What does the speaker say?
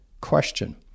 question